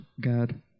God